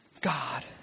God